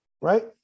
Right